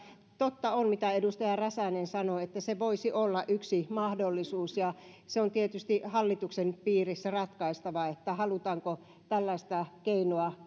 totta on mitä edustaja räsänen sanoi että se voisi olla yksi mahdollisuus ja se on tietysti hallituksen piirissä ratkaistava halutaanko tällaista keinoa